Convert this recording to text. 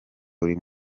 uri